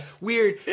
weird